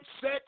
set